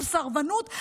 על סרבנות.